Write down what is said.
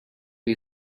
you